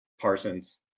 Parsons